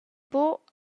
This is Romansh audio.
buc